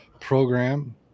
program